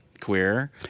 queer